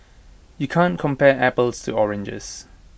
you can't compare apples to oranges